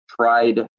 tried